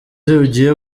ugiye